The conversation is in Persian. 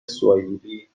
سواحیلی